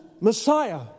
Messiah